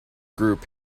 group